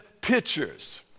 pictures